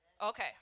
Okay